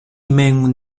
mem